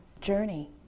journey